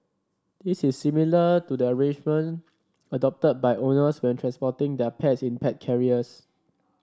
this is similar to the arrangement adopted by owners when transporting their pets in pet carriers